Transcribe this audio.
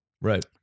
Right